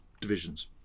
divisions